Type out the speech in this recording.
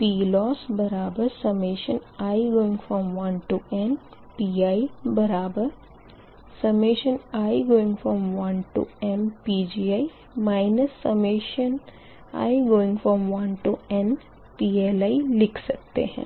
PLossi1nPii1mPgi i1nPLi लिख सकते है